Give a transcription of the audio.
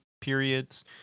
periods